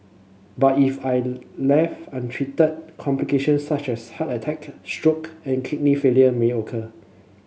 but if I left untreated complications such as heart attack stroke and kidney failure may occur